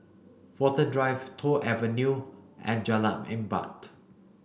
Watten Drive Toh Avenue and Jalan Empat